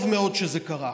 טוב מאוד שזה קרה.